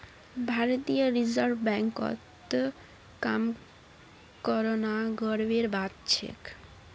भारतीय रिजर्व बैंकत काम करना गर्वेर बात छेक